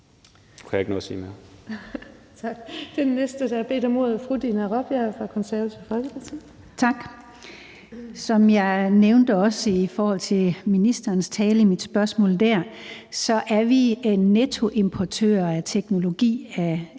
Som jeg også nævnte i forhold til ministerens tale i mit spørgsmål, er vi nettoimportører af teknologi af